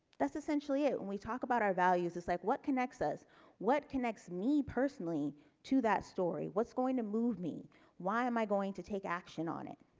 that's essentially who and we talk about our values is like what connects us what connects me personally to that story what's going to move me why am i going to take action on it